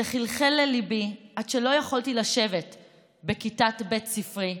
זה חלחל לליבי עד שלא יכולתי לשבת בכיתת בית ספרי,